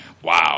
Wow